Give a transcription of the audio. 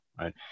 Right